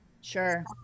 Sure